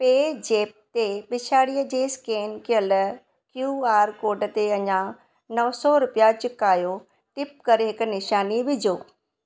पे ज़ेप्प ते पिछाड़ीअ जे स्केन कयल क्यूआर कोड ते अञा नव सौ रुपिया चुकायो टिप करे हिकु निशानी विझो